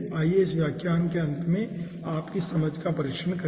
आइए इस व्याख्यान के अंत में आपकी समझ का परीक्षण करें